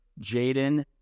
Jaden